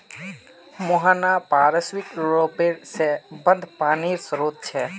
मुहाना पार्श्विक र्रोप से बंद पानीर श्रोत छे